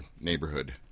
neighborhood